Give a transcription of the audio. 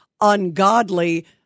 ungodly